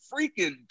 freaking